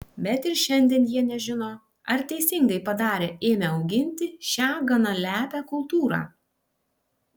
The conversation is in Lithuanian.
bet ir šiandien jie nežino ar teisingai padarė ėmę auginti šią gana lepią kultūrą